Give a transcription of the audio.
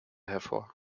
hervor